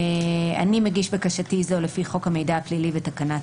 אני מגיש בקשתי זו לפי חוק המידע הפלילי ותקנת